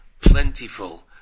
plentiful